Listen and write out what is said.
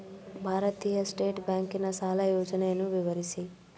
ಭಾರತೀಯ ಸ್ಟೇಟ್ ಬ್ಯಾಂಕಿನ ಸಾಲ ಯೋಜನೆಯನ್ನು ವಿವರಿಸಿ?